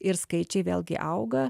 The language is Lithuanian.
ir skaičiai vėlgi auga